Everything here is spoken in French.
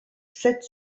sept